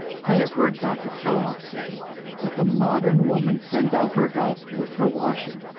i have heard dr. kellogg say that the modern woman sends out her health with her washing,